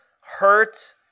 hurt